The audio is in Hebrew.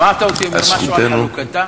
שמעת אותי אומר משהו על חלוקתה?